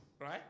right